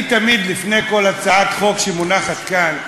לפני כל הצעת חוק שמונחת כאן,